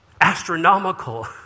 Astronomical